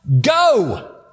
Go